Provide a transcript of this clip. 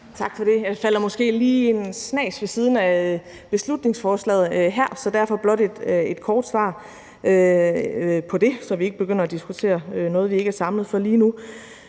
Tak for det. Jeg taler måske lige en snas ved siden af beslutningsforslaget her, så derfor blot et kort svar på det, så vi ikke begynder at diskutere noget, vi ikke er samlet for lige nu.